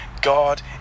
God